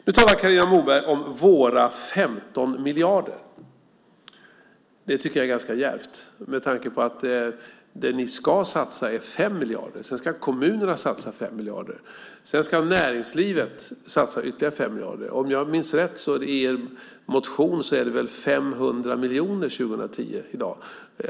Nu talar Carina Moberg om "våra 15 miljarder". Det tycker jag är ganska djärvt med tanke på att det ni ska satsa är 5 miljarder. Sedan ska kommunerna satsa 5 miljarder, och näringslivet ska satsa ytterligare 5 miljarder. Om jag minns rätt är det i er motion i dag 500 miljoner 2010.